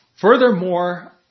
furthermore